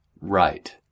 Right